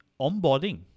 onboarding